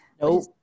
Nope